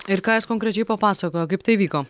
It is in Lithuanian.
ir ką jis konkrečiai papasakojo kaip tai vyko